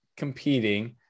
competing